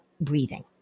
breathing